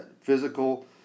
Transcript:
physical